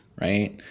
Right